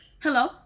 hello